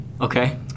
Okay